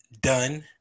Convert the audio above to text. Done